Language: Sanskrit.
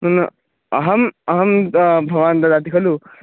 मम अहम् अहं भवान् ददाति खलु